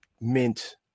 mint